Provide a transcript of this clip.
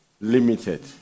limited